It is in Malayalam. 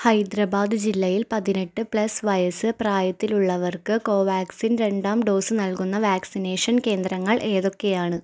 ഹൈദ്രബാദ് ജില്ലയിൽ പതിനെട്ട് പ്ലസ് വയസ്സ് പ്രായത്തിലുള്ളവർക്ക് കോവാക്സിൻ രണ്ടാം ഡോസ്സ് നൽകുന്ന വാക്സിനേഷൻ കേന്ദ്രങ്ങൾ ഏതൊക്കെയാണ്